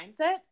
mindset